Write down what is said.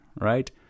Right